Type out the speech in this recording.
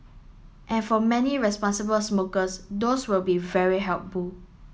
and for many responsible smokers those will be very